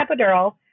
epidural